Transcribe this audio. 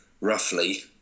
roughly